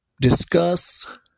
discuss